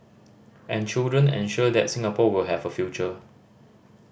and children ensure that Singapore will have a future